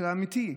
האמיתי,